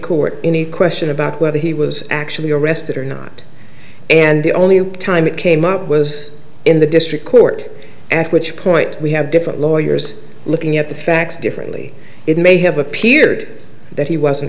court any question about whether he was actually arrested or not and the only time it came up was in the district court at which point we have different lawyers looking at the facts differently it may have appeared that he wasn't